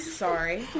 sorry